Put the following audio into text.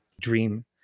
dream